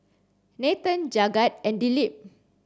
Nathan Jagat and Dilip